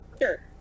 Sure